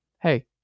hey